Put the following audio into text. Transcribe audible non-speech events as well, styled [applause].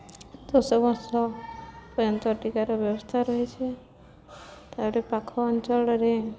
[unintelligible] ଟିକାର ବ୍ୟବସ୍ଥା ରହିଛି ତାପରେ ପାଖ ଅଞ୍ଚଳରେ